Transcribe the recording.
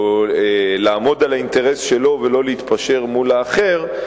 או עומד על האינטרס שלו ולא מתפשר מול האחר,